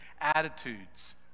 attitudes